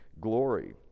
glory